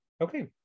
Okay